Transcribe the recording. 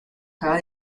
cada